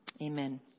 Amen